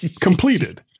completed